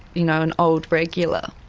you know an old regular,